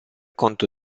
conto